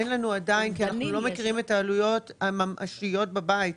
אין לנו עדיין כי אנחנו לא מכירים את העלויות הממשיות בבית.